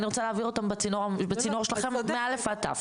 אני רוצה להעביר אותם בצינור שלכם מא' עד ת'.